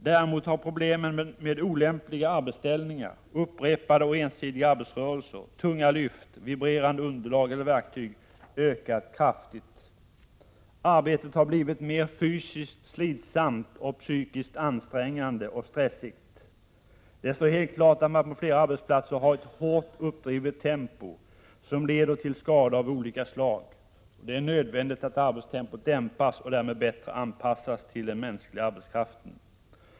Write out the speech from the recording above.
Däremot har problemen med olämpliga arbetsställningar, upprepade och ensidiga arbetsrörelser, tunga lyft, vibrerande underlag eller verktyg ökat kraftigt. Arbetet har blivit mer fysiskt slitsamt och psykiskt ansträngande och stressigt. Det står helt klart att man på flera arbetsplatser har ett hårt uppdrivet tempo som leder till skador av olika slag. Det är nödvändigt att arbetstempot dämpas och därmed bättre anpassas till den mänskliga arbetskraften.